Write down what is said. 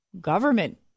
government